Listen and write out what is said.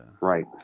right